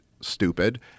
stupid